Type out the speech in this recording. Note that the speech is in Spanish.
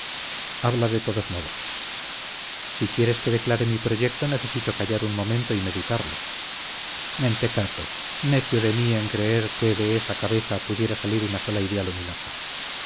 habla de todos modos si quieres que declare mi proyecto necesito callar un momento y meditarlo mentecato necio de mí en creer que de esa cabeza pueda salir una sola idea luminosa